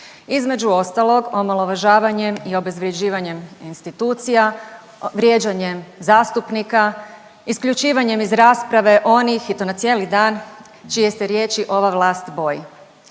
između ostalog omalovažavanjem i obezvrjeđivanjem institucija, vrijeđanjem zastupnika, isključivanjem iz rasprave onih i to na cijeli dan, čije se riječi ova vlast boji.